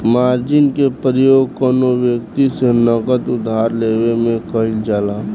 margin के प्रयोग कौनो व्यक्ति से नगद उधार लेवे में कईल जाला